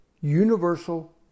universal